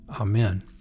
amen